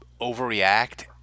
overreact